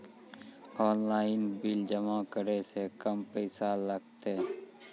Online bill जमा करै से कम पैसा लागतै?